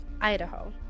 Idaho